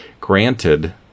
granted